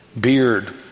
beard